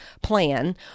plan